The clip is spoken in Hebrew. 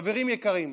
חברים יקרים,